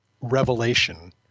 revelation